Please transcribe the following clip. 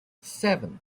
seven